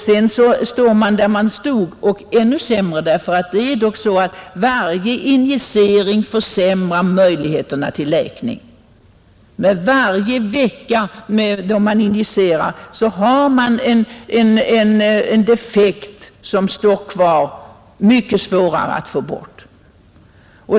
Sedan står patienten där och är ännu sämre. Varje injicering försämrar möjligheterna till läkning. Efter varje vecka, då man har injicerat, har man en deffekt som står kvar och är mycket svårare att få bort.